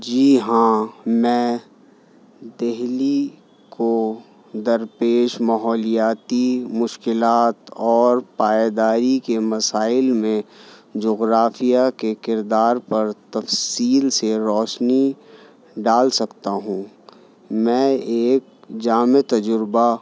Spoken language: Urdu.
جی ہاں میں دلی کو درپیش ماحولیاتی مشکلات اور پائیداری کے مسائل میں جغرافیہ کے کردار پر تفصیل سے روشنی ڈال سکتا ہوں میں ایک جامع تجربہ